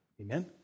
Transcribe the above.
Amen